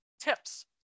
tips